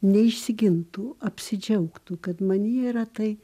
neišsigimtų apsidžiaugtų kad manyje yra tai